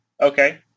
Okay